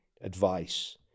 advice